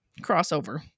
crossover